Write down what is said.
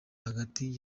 hagati